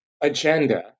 agenda